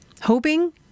hoping